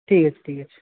ঠিক আছে ঠিক আছে